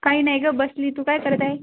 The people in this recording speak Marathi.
काही नाही गं बसली तू काय करत आहे